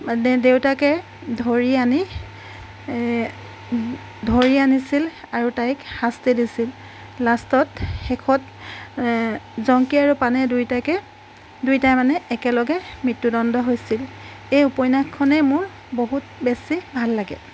দে দেউতাকে ধৰি আনি ধৰি আনিছিল আৰু তাইক শাস্তি দিছিল লাষ্টত শেষত জংকী আৰু পানে দুইটাকে দুইটাৰ মানে একলেগে মৃত্যুদণ্ড হৈছিল এই উপন্যাসখনে মোৰ বহুত বেছি ভাল লাগে